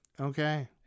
Okay